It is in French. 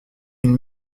une